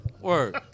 word